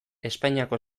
espainiako